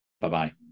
Bye-bye